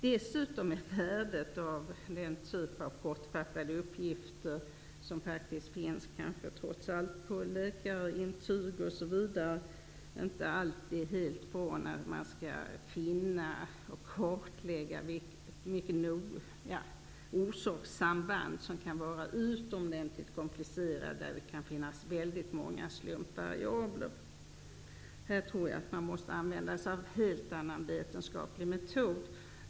Dessutom är värdet av den typ av kortfattade uppgifter som finns på läkarintyg osv. inte alltid bra när man mycket noga skall kartlägga orsakssamband som kan vara utomordentligt komplicerade och där det kan finnas många slumpvariabler. Man måste här enligt min mening använda sig av en helt annan vetenskaplig metod.